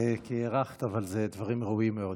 כי הארכת, אבל אלה דברים ראויים מאוד.